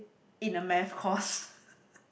in a math course